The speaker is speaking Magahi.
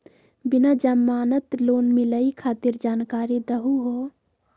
बिना जमानत लोन मिलई खातिर जानकारी दहु हो?